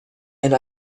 and